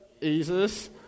Jesus